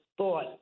Thought